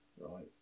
right